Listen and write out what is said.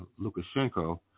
Lukashenko